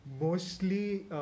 mostly